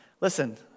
Listen